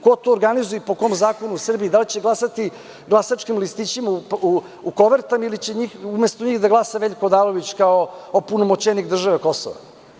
Ko to organizuje i po kom se zakonu Srbiji, da li će glasati glasačkim listićima u kovertama ili će umesto njih da glasa Veljko Odalović kao opunomoćenik države Kosova?